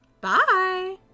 Bye